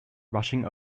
rushing